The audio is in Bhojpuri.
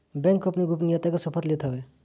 बैंक अपनी गोपनीयता के शपथ लेत हवे